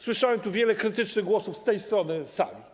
Słyszałem wiele krytycznych głosów z tej strony sali.